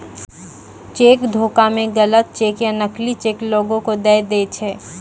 cheque धोखा मे गलत चेक या नकली चेक लोगो के दय दै छै